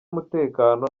umutekano